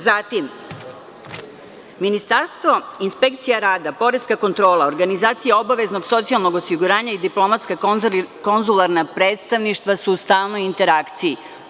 Zatim, Ministarstvo i inspekcija rada, poreska kontrola, organizacija obaveznog socijalnog osiguranja i diplomatska konzularna predstavništva su u stalnoj interakciji.